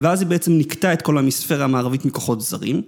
ואז היא בעצם נקתה את כל המספרא המערבית מכוחות זרים.